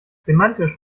semantisch